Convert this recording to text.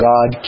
God